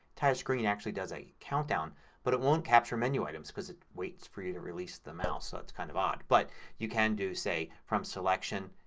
entire screen actually does a countdown but it won't capture menu items because it waits for you to release the mouse. so ah it's kind of odd. but you can do, say, from selection,